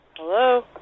hello